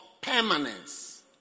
permanence